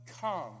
Come